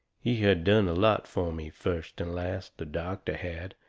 he had done a lot fur me, first and last, the doctor had,